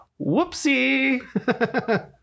whoopsie